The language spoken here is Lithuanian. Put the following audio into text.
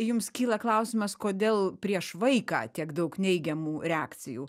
jums kyla klausimas kodėl prieš vaiką tiek daug neigiamų reakcijų